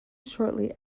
shortly